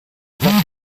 was